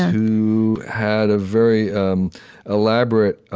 who had a very um elaborate,